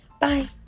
Bye